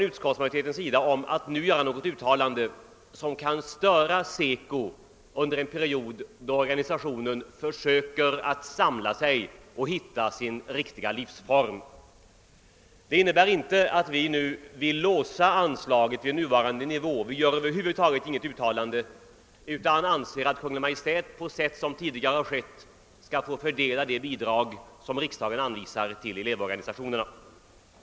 Utskottsmajoriteten vill inte göra något uttalande som kan störa SECO under en period då organisationen försöker samla sig och hitta sin riktiga livsform. Det innebär inte att vi nu vill låsa anslaget vid nuvarande nivå; vi gör över huvud taget inget uttalande härom utan säger att Kungl. Maj:t som tidigare bör få fördela de bidrag som riksdagen anvisar till elevorganisationerna.